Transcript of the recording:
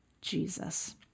Jesus